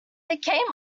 became